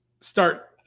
start